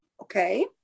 Okay